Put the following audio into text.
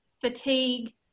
fatigue